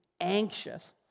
anxious